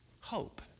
hope